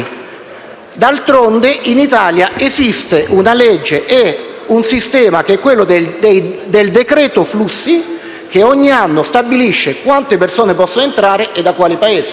D'altronde, in Italia esiste il sistema del decreto flussi, che ogni anno stabilisce quante persone possono entrare e da quali Paesi.